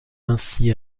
ainsi